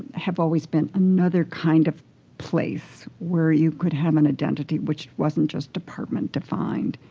have always been another kind of place where you could have an identity, which wasn't just department-defined.